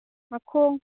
ꯃꯈꯣꯡ